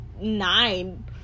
nine